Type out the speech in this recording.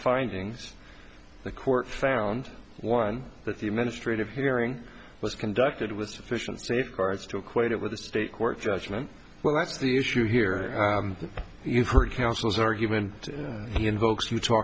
findings the court found one that the ministry of hearing was conducted with sufficient safeguards to equate it with a state court judgment well that's the issue here you've heard councils argument invokes utah